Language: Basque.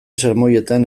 sermoietan